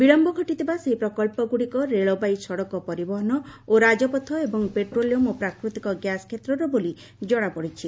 ବିଳମ୍ଘ ଘଟିଥିବା ସେହି ପ୍ରକଚ୍ଚଗୁଡ଼ିକ ରେଳବାଇ ସଡ଼କ ପରିବହନ ଓ ରାଜପଥ ଏବଂ ପେଟ୍ରୋଲିୟମ୍ ଓ ପ୍ରାକୃତିକ ଗ୍ୟାସ୍ କ୍ଷେତ୍ରର ବୋଲି ଜଣାପଡ଼ିଛି